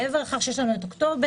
מעבר לכך שיש לנו את אוקטובר,